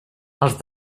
els